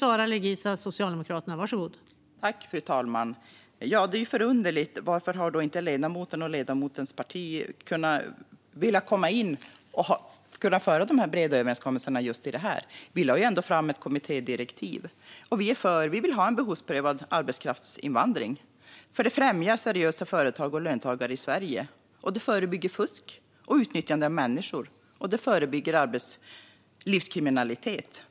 Fru talman! Det underliga är ju att ledamoten och ledamotens parti inte har velat göra breda överenskommelser om detta. Vi lade ändå fram ett kommittédirektiv. Vi vill ha en behovsprövad arbetskraftsinvandring eftersom det främjar seriösa företag och löntagare i Sverige. Det förebygger fusk, utnyttjande av människor och arbetslivskriminalitet.